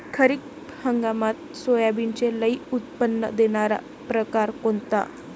खरीप हंगामात सोयाबीनचे लई उत्पन्न देणारा परकार कोनचा?